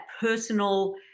personal